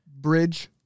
bridge